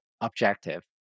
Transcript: objective